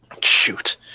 Shoot